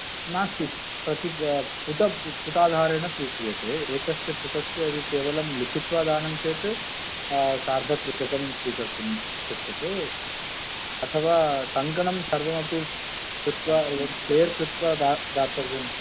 नास्ति प्रति पुट पुटाधारेण स्वीक्रियते एकस्य पुटस्य यदि केवलं लिखित्वा दानं चेत् सार्धत्रिशतं स्वीकर्तुं शक्यते अथवा टङ्कणं सर्वमपि कृत्वा एवं स्पेेर् कृत्वा दा दातव्यं